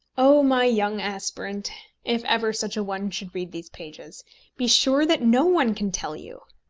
oh, my young aspirant if ever such a one should read these pages be sure that no one can tell you!